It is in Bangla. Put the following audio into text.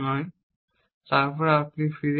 এবং তারপর আপনি ফিরে আসেন